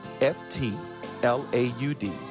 F-T-L-A-U-D